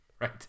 Right